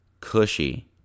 cushy